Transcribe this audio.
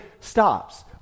stops